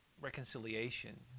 reconciliation